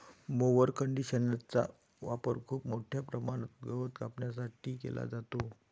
mower कंडिशनरचा वापर खूप मोठ्या प्रमाणात गवत कापण्यासाठी केला जातो